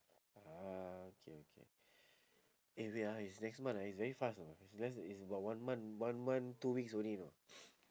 ah okay okay eh wait ah it's next month ah it's very fast you know I realise it is about one month one month two weeks already you know